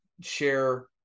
share